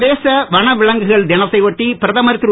சர்வதேச வனவிலங்குகள் தினத்தையொட்டி பிரதமர் திரு